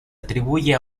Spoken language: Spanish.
atribuye